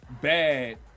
bad